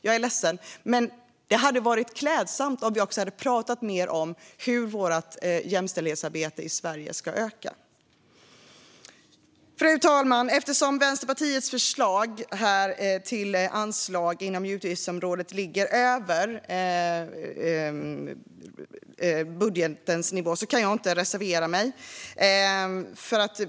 Jag är ledsen, men det hade varit klädsamt om vi också hade pratat mer om hur vårt jämställdhetsarbete i Sverige ska öka. Fru talman! Eftersom Vänsterpartiets förslag till anslag inom utgiftsområdet ligger över nivån i budgeten kan jag inte reservera mig.